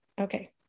okay